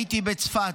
הייתי בצפת,